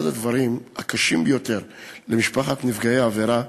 אחד הדברים הקשים ביותר למשפחות נפגעי עבירה,